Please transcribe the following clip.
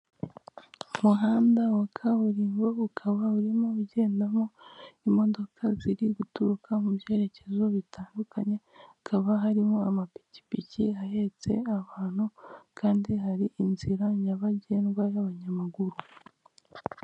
Umuhanda wa kaburimbo, ukaba urimo ugendamo imodoka ziri guturuka mu byerekezo bitandukanye, hakaba harimo amapikipiki ahetse abantu kandi hari inzira nyabagendwa y'abanyamaguru.